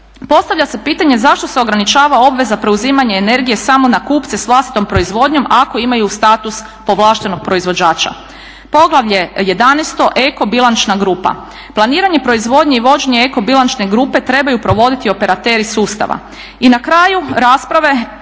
Postavlja se pitanje zašto se ograničava obveza preuzimanje energije samo na kupce s vlastitom proizvodnjom ako imaju status povlaštenog proizvođača. Poglavlje 11. eko bilančna grupa. Planiranje proizvodnje i vođenje eko bilančne grupe trebaju provoditi operateri sustava. I na kraju rasprave,